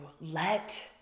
let